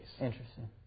Interesting